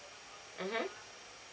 mmhmm